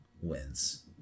wins